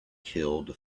killed